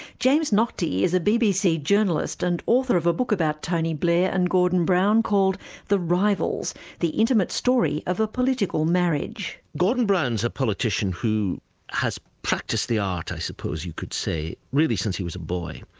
james naughtie is a bbc journalist and author of a book about tony blair and gordon brown called the rivals the intimate story of a political marriage. gordon brown's a politician who has practised the art, i suppose you could say, really since he was a boy.